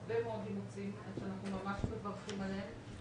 שאנחנו ממש מברכים עליהם.